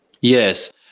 Yes